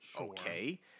Okay